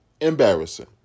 embarrassing